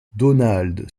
donald